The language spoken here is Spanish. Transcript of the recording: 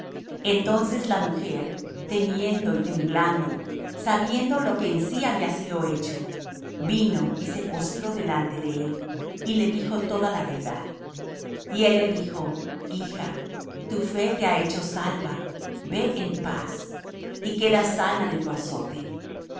entonces la mujer temiendo y temblando sabiendo lo que en sí había sido hecho vino y se postró delante de él y le dijo toda la verdad y él le dijo hija tu fe te ha hecho salva ve en paz y queda sana de tu azote